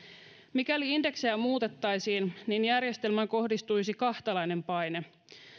mikäli indeksejä muutettaisiin niin järjestelmään kohdistuisi kahtalainen paine